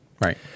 right